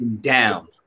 down